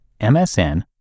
MSN